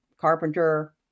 carpenter